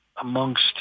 amongst